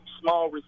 small